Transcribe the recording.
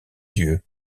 dieu